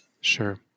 Sure